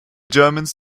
germans